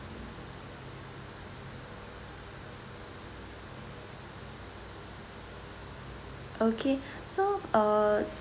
okay so uh